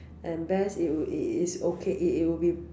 and best it will its okay it it will be